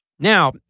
Now